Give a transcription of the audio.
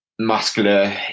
muscular